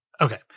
Okay